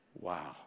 Wow